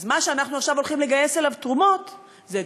אז מה שאנחנו עכשיו הולכים לגייס אליו תרומות זה,